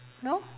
no